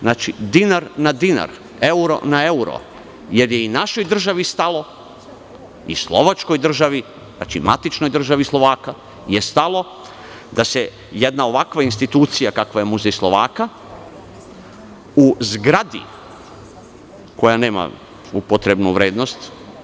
Znači, dinar na dinar, euro na euro, jer je i našoj državi stalo, kao i Slovačkoj državi, matičnoj državi Slovaka, da se jedna ovakva institucija, kakva je muzej Slovaka, u zgradi koja nema upotrebnu vrednost…